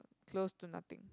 close to nothing